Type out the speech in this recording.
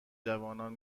جوانان